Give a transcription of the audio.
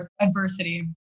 adversity